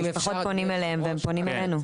המשפחות פונים אליהם והם פונים אלינו.